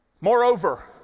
Moreover